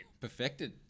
Perfected